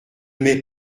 mets